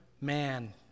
man